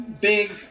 big